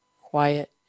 quiet